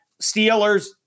Steelers